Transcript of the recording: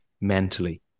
mentally